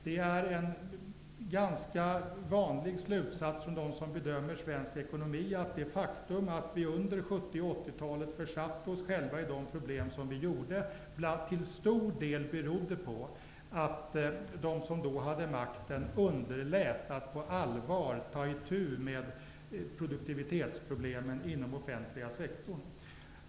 Det är en ganska vanlig slutsats från dem som bedömer svensk ekonomi, att det faktum att vi under 70 och 80-talen försatte oss själva i de problem som vi gjorde till stor del berodde på, att de som då hade makten underlät att på allvar ta itu med produktivitetsproblemen inom den offentliga sektorn.